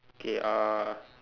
okay uh